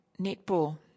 netball